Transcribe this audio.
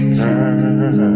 time